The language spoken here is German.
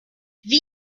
wie